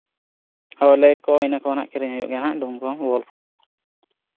ᱦᱳᱭ ᱞᱟᱭᱤᱴ ᱠᱚ ᱤᱱᱟᱹ ᱠᱚ ᱦᱟᱸᱜ ᱠᱤᱨᱤᱧ ᱦᱩᱭᱩᱜ ᱜᱮᱭᱟ ᱦᱟᱸᱜ ᱰᱩᱢ ᱠᱚ ᱵᱟᱞᱵ ᱠᱚ